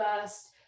first